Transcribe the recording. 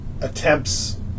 attempts